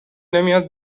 نمیاد